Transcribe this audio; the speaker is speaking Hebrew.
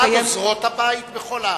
ועד עוזרות-הבית בכל הארץ.